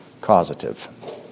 causative